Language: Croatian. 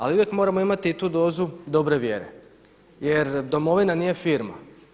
Ali uvijek moramo imati i tu dozu dobre vjere, jer Domovina nije firma.